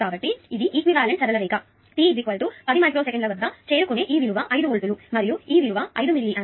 కాబట్టి ఇది ఈక్వివలెంట్ సరళ రేఖ t 10 మైక్రో సెకనుల వద్ద చేరుకునే ఈ విలువ 5 వోల్టులు మరియు ఈ విలువ 5 మిల్లీ ఆంప్స్